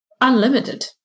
unlimited